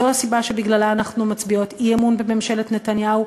זאת הסיבה שבגללה אנחנו מצביעות אי-אמון בממשלת נתניהו,